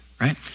right